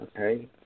okay